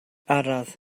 araf